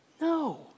No